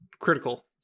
Critical